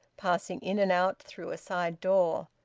passing in and out through a side door.